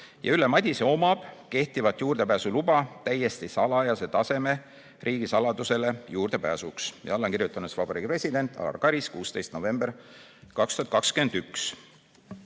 Ülle Madise omab kehtivat juurdepääsuluba täiesti salajase taseme riigisaladusele juurdepääsuks." Alla on kirjutanud Vabariigi President Alar Karis 16. novembril 2021.